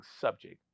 subject